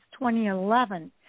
2011